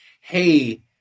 hey